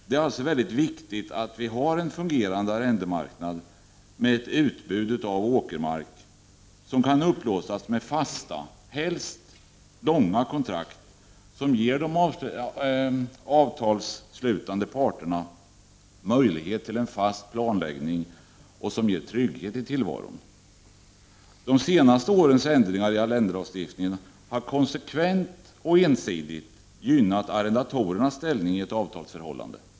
Det är alltså mycket viktigt att vi har en fungerande arrendemarknad med ett utbud av åkermark som kan upplåtas med fasta, helst långa kontrakt som ger de avtalsslutande parterna möjlighet till en fast planläggning och som ger trygghet i tillvaron. De senaste årens ändringar i arrendelagstiftningen har konsekvent och ensidigt gynnat arrendatorernas ställning i ett avtalsförhållande.